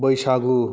बैसागु